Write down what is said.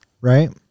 right